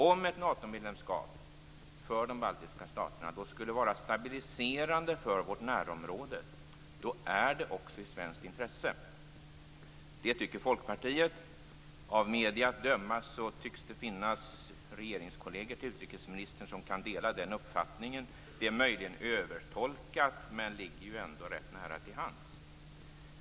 Om ett Natomedlemskap för de baltiska staterna skulle vara stabiliserande för vårt närområde, är det också i svenskt intresse. Det tycker Folkpartiet, och av medierna att döma tycks det finnas regeringskolleger till utrikesministern som kan dela den uppfattningen. Det är möjligen övertolkat men ligger ändå rätt nära till hands.